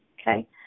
Okay